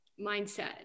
mindset